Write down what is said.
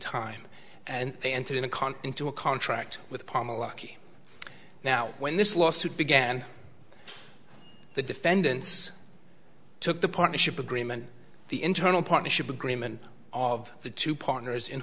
time and they entered in a continent to a contract with palm a lucky now when this lawsuit began the defendants took the partnership agreement the internal partnership agreement of the two partners in